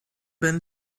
been